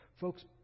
Folks